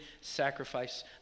sacrifice